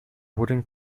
wooden